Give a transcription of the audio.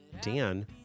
Dan